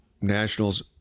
Nationals